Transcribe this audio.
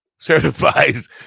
certifies